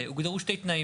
הוגדרו שני תנאים.